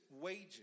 wages